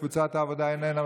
קבוצת סיעת העבודה איננה,